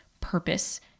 purpose